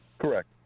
correct